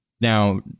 Now